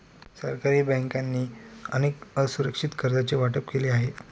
सरकारी बँकांनी अनेक असुरक्षित कर्जांचे वाटप केले आहे